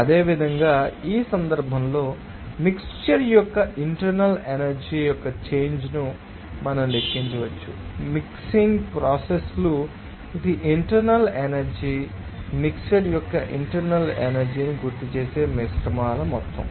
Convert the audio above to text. అదేవిధంగా ఈ సందర్భంలో మిక్శ్చర్ యొక్క ఇంటర్నల్ ఎనర్జీ యొక్క చేంజ్ ను మనం లెక్కించవచ్చు మిక్సింగ్ ప్రోసెస్ లు ఇది ఇంటర్నల్ ఎనర్జీ ఎనర్జీ మీకు తెలుసా మిక్శ్చర్ యొక్క ఇంటర్నల్ ఎనర్జీ ని గుర్తుచేసే మిశ్రమ మొత్తం